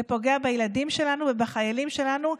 זה פוגע בילדים שלנו ובחיילים שלנו.